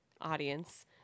audience